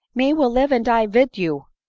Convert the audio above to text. me will live and die vid you,